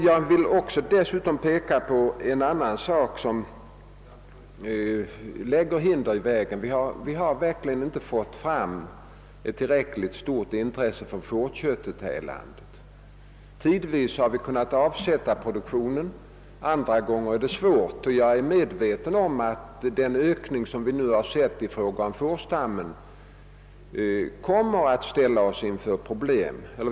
Jag vill dessutom peka på ett annat förhållande som lägger hinder i vägen, nämligen att vi verkligen inte har lyckats väcka tillräckligt stort intresse för fårkött här i landet. Tidvis har vi kunnat avsätta produktionen, men andra gånger har det varit svårt. Jag är medveten om att den företagna ökningen av fårstammen kommer att ställa oss inför problem.